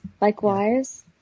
Likewise